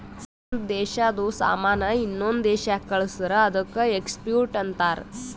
ಒಂದ್ ದೇಶಾದು ಸಾಮಾನ್ ಇನ್ನೊಂದು ದೇಶಾಕ್ಕ ಕಳ್ಸುರ್ ಅದ್ದುಕ ಎಕ್ಸ್ಪೋರ್ಟ್ ಅಂತಾರ್